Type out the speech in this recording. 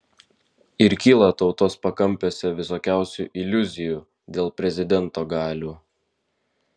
ir kyla tautos pakampiuose visokiausių iliuzijų dėl prezidento galių